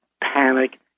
panic